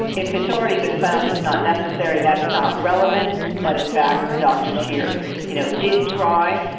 if it's already been found it's not necessary that's not relevant. but in fact the doctors here you know did try.